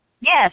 Yes